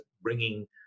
bringing